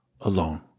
alone